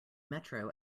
metro